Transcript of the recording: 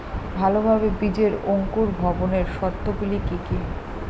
ভালোভাবে বীজের অঙ্কুর ভবনের শর্ত গুলি কি কি?